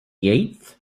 eighth